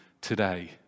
today